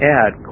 add